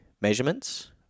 measurements